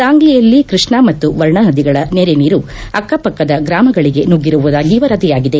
ಸಾಂಗ್ಲಿಯಲ್ಲಿ ಕೃಷ್ಣ ಮತ್ತು ವರ್ಣ ನದಿಗಳ ನೆರೆ ನೀರು ಅಕ್ಕಪಕ್ಕದ ಗ್ರಾಮಗಳಿಗೆ ನುಗ್ಗಿರುವುದಾಗಿ ವರದಿಯಾಗಿದೆ